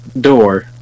door